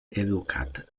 educat